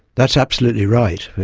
that's absolutely right,